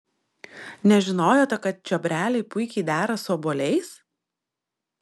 nežinojote kad čiobreliai puikiai dera su obuoliais